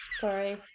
Sorry